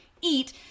eat